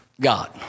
God